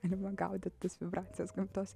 galima gaudyt tas vibracijas gamtos